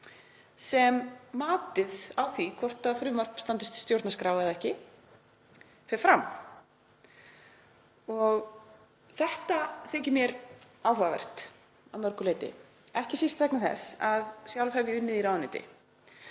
sem matið á því hvort frumvarpið standist stjórnarskrá eða ekki fer fram. Þetta þykir mér áhugavert að mörgu leyti, ekki síst vegna þess að sjálf hef ég unnið í ráðuneyti